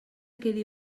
quedi